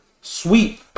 sweep